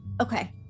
Okay